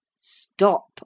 Stop